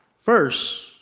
First